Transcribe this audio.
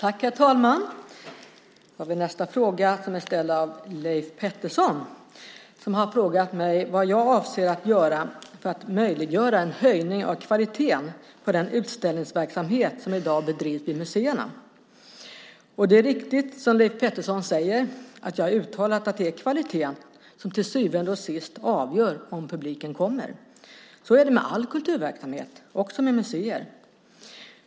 Herr talman! Nästa fråga är ställd av Leif Pettersson som har frågat mig vad jag avser att göra för att möjliggöra en höjning av kvaliteten på den utställningsverksamhet som i dag bedrivs vid museerna. Det är riktigt som Leif Pettersson säger att jag har uttalat att det är kvaliteten som till syvende och sist avgör om publiken kommer. Så är det med all kulturverksamhet, också med museer.